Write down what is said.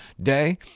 day